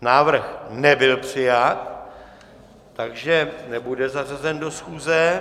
Návrh nebyl přijat, takže nebude zařazen do schůze.